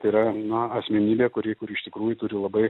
tai yra na asmenybė kuri kuri iš tikrųjų turi labai